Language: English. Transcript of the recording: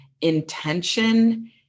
intention